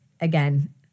again